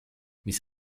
mis